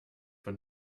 von